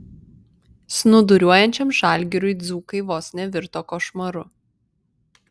snūduriuojančiam žalgiriui dzūkai vos nevirto košmaru